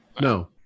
No